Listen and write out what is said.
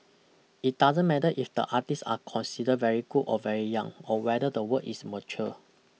it doesn't matter if the artists are consider very good or very young or whether the work is mature